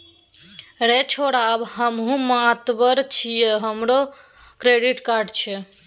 रे छौड़ा आब हमहुँ मातबर छियै हमरो क्रेडिट कार्ड छै